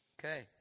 Okay